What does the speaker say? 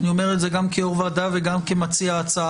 אני אומר זאת גם כיו"ר ועדה וגם כמציע ההצעה